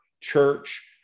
church